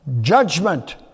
judgment